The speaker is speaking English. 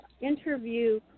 interview